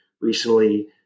recently